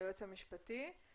היועץ המשפטי,